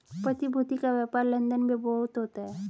प्रतिभूति का व्यापार लन्दन में बहुत होता है